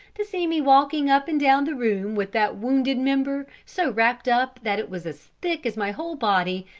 to see me walking up and down the room with that wounded member so wrapped up that it was as thick as my whole body,